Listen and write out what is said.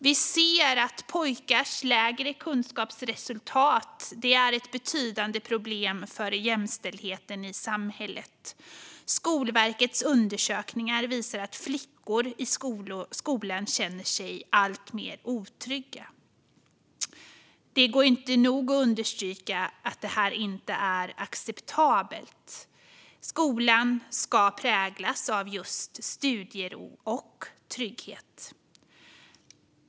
Vi ser att pojkars lägre kunskapsresultat är ett betydande problem för jämställdheten i samhället. Skolverkets undersökningar visar att flickor i skolan känner sig alltmer otrygga. Det går inte att nog understryka att detta inte är acceptabelt. Skolan ska präglas av just studiero och trygghet.